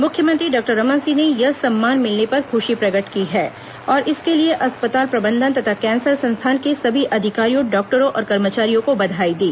मुख्यमंत्री डॉक्टर रमन सिंह ने यह सम्मान मिलने पर खुशी प्रकट की है और इसके लिए अस्पताल प्रबंधन तथा कैंसर संस्थान के सभी अधिकारियों डॉक्टरों और कर्मचारियों को बधाई दी